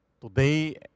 today